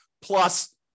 plus